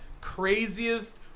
craziest